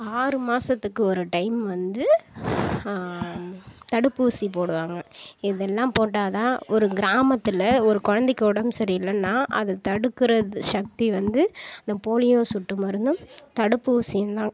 ஆறு மாதத்துக்கு ஒரு டைம் வந்து தடுப்பூசி போடுவாங்க இதெல்லாம் போட்டால் தான் ஒரு கிராமத்தில் ஒரு குழந்தைக்கு உடம்பு சரியில்லைனா அதை தடுக்கிற சக்தி வந்து அந்த போலியோ சொட்டு மருந்தும் தடுப்பூசியுந்தான்